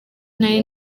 nari